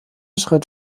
schritt